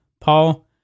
Paul